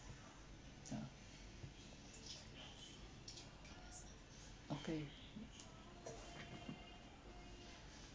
ya okay